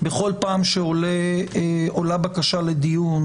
בכל פעם שעולה בקשה לדיון,